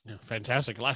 Fantastic